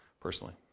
personally